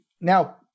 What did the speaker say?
Now